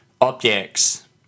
objects